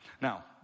Now